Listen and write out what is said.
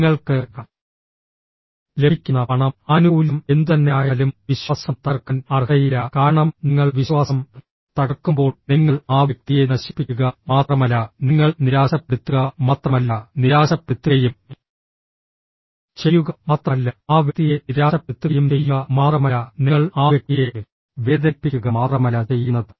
നിങ്ങൾക്ക് ലഭിക്കുന്ന പണം ആനുകൂല്യം എന്തുതന്നെയായാലും വിശ്വാസം തകർക്കാൻ അർഹതയില്ല കാരണം നിങ്ങൾ വിശ്വാസം തകർക്കുമ്പോൾ നിങ്ങൾ ആ വ്യക്തിയെ നശിപ്പിക്കുക മാത്രമല്ല നിങ്ങൾ നിരാശപ്പെടുത്തുക മാത്രമല്ല നിരാശപ്പെടുത്തുകയും ചെയ്യുക മാത്രമല്ല ആ വ്യക്തിയെ നിരാശപ്പെടുത്തുകയും ചെയ്യുക മാത്രമല്ല നിങ്ങൾ ആ വ്യക്തിയെ വേദനിപ്പിക്കുക മാത്രമല്ല ചെയ്യുന്നത്